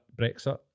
Brexit